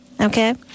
okay